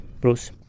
Bruce